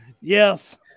yes